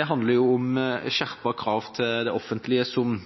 De handler om skjerpede krav til det offentlige som